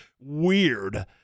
weird